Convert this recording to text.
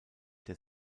der